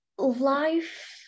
life